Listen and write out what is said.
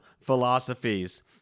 philosophies